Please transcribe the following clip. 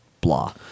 blah